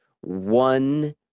one